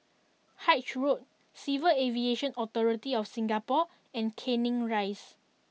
Haig Road Civil Aviation Authority of Singapore and Canning Rise